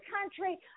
country